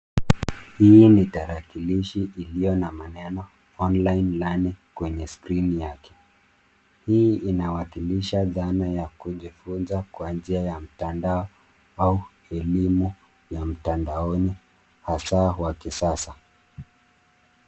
Hii ni tarakilishi iliyo na maneno online learning kwenye skrini yake. Hii inawakilisha dhana ya kujifunza kwa njia ya mtandao au elimu ya mtandanoni hasa wa kisasa.